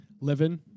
Living